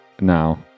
now